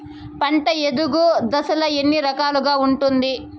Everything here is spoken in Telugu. పంట ఎదుగు దశలు ఎన్ని రకాలుగా ఉంటుంది?